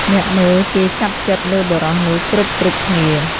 អ្នកមើលគេចាប់ចិត្តលើបុរសនោះគ្រប់ៗគ្នា។